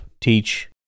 teach